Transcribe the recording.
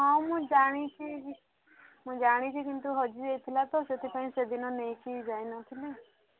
ହଁ ମୁଁ ଜାଣିଛି ମୁଁ ଜାଣିଛି କିନ୍ତୁ ହଜି ଯାଇଥିଲା ତ ସେଥିପାଇଁ ସେଦିନ ନେଇକି ଯାଇ ନଥିଲି